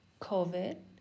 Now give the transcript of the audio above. COVID